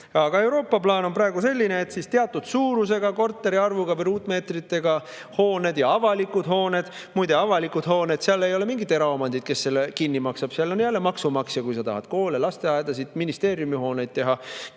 alati hullemaks –, on praegu selline, et teatud suurusega, korterite arvuga või ruutmeetritega hooned ja avalikud hooned … Muide, avalikud hooned – seal ei ole mingit eraomandit, [seda,] kes selle kinni maksab, seal on jälle maksumaksja. Kui sa tahad koole, lasteaedasid, ministeeriumihooneid teha,